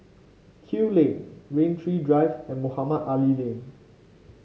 Kew Lane Rain Tree Drive and Mohamed Ali Lane